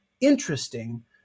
interesting